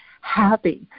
happy